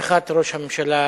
בתמיכת ראש הממשלה,